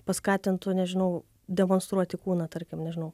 paskatintų nežinau demonstruoti kūną tarkim nežinau